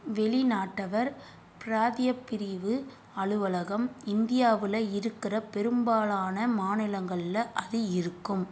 வெளிநாட்டவர் பிராந்திய பிரிவு அலுவலகம் இந்தியாவில் இருக்கிற பெரும்பாலான மாநிலங்கள்ல அது இருக்கும்